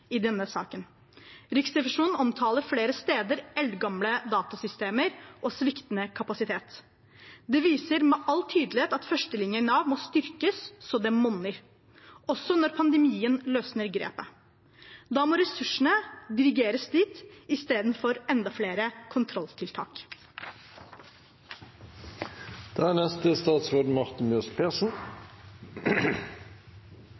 i denne saken. Riksrevisjonen omtaler flere steder eldgamle datasystemer og sviktende kapasitet. Det viser med all tydelighet at førstelinjen i Nav må styrkes så det monner, også når pandemien løsner grepet. Da må ressursene dirigeres dit istedenfor til enda flere kontrolltiltak. Det er